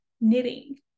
knitting